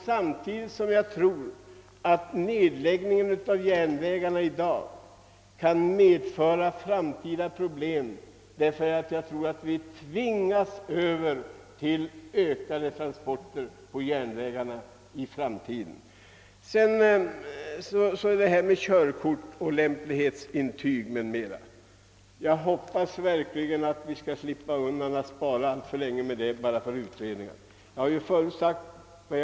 Samtidigt tror jag att nedläggningen av järnvägarna i dag kan medföra framtida problem, ty jag tror att vi i framtiden kommer att tvingas till ökade järnvägstransporter. Jag hoppas vidare att lösningen av frågan om körkorten, lämplighetsintygen m.m. inte skall behöva dröja alltför länge bara därför att det pågår en utredning.